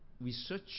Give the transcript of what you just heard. research